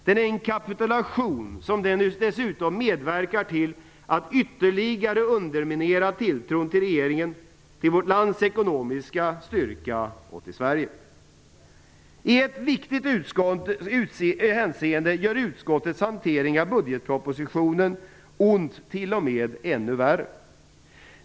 Den är en kapitulation, som dessutom medverkar till att ytterligare underminera tilltron till regeringen, till vårt lands ekonomiska styrka och till Sverige. I ett viktigt hänseende gör utskottets hantering av budgetpropositionen ont till och med ännu värre.